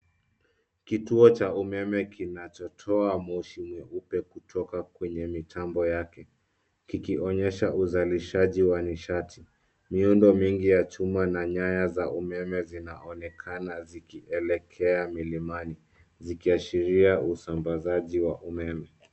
Kituo cha umeme kinachotoa moshi mweupe kutoka kwenye mitambo yake, kikionyesha uzalishaji wa nishati. Miundo mingi ya chuma na nyaya za umeme zinaonekana zikielekea milimani, zikiashiria usambazaji wa umeme.